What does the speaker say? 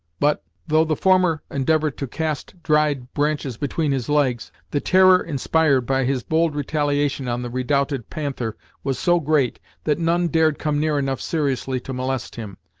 but, though the former endeavoured to cast dried branches between his legs, the terror inspired by his bold retaliation on the redoubted panther was so great, that none dared come near enough seriously to molest him.